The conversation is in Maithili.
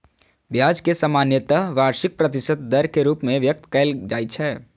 ब्याज कें सामान्यतः वार्षिक प्रतिशत दर के रूप मे व्यक्त कैल जाइ छै